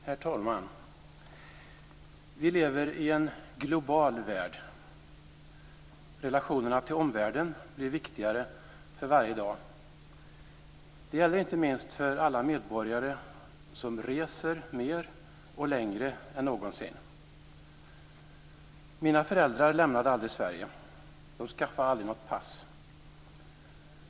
Herr talman! Vi lever i en global värld. Relationerna till omvärlden blir viktigare för varje dag. Det gäller inte minst för alla medborgare som reser mer och längre än någonsin. Mina föräldrar lämnade aldrig Sverige. De skaffade aldrig något pass.